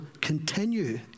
continue